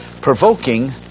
provoking